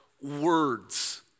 words